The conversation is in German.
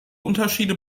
unterschiede